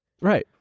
Right